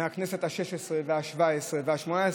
מהכנסת השש-עשרה והשבע-עשרה והשמונה-עשרה,